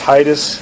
Titus